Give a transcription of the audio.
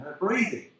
breathing